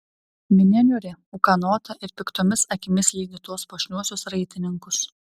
minia niūri ūkanota ir piktomis akimis lydi tuos puošniuosius raitininkus